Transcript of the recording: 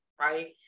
right